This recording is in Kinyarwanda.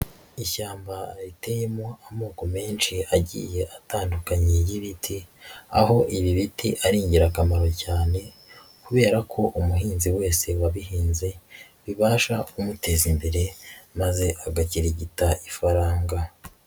Ishyamba riteyemo amoko menshi agiye atandukanye y'ibiti, aho ibi biti ari ingirakamaro cyane kubera ko umuhinzi wese wabihinze bibasha kumuteza imbere maze agakirigita ifaranga.